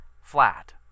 flat